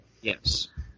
Yes